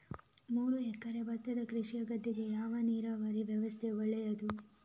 ಮೂರು ಎಕರೆ ಭತ್ತದ ಕೃಷಿಯ ಗದ್ದೆಗೆ ಯಾವ ನೀರಾವರಿ ವ್ಯವಸ್ಥೆ ಒಳ್ಳೆಯದು?